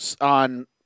on